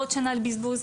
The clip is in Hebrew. עוד שנה בזבוז.